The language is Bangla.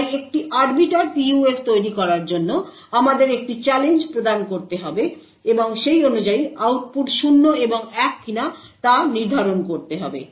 তাই একটি Arbiter PUF তৈরি করার জন্য আমাদের একটি চ্যালেঞ্জ প্রদান করতে হবে এবং সেই অনুযায়ী আউটপুট 0 এবং 1 কিনা তা নির্ধারণ করতে হবে